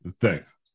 Thanks